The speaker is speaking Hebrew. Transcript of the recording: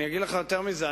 אגיד לך יותר מזה,